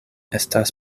estas